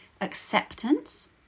acceptance